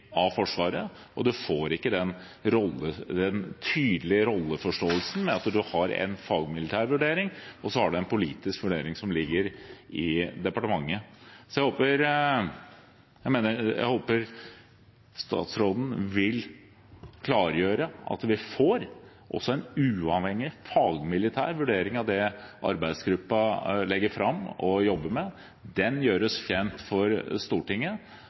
av Forsvaret. Man får ikke den tydelige rolleforståelsen med at man har en fagmilitær vurdering, og så har man en politisk vurdering som ligger i departementet. Jeg håper statsråden vil klargjøre at vi får også en uavhengig fagmilitær vurdering av det arbeidsgruppen legger fram og jobber med. Den gjøres kjent for Stortinget.